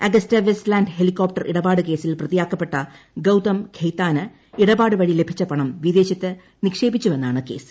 അഗസ്ത Westland helicopter ഇടപാട് കേസിൽ പ്രതിയാക്കപ്പെട്ട ഗൌതം ഖൈത്താൻ ഇടപാട് വഴി ലഭിച്ച പണം വിദേശത്ത് നിക്ഷേപിച്ചുവെന്നാണ് കേസ്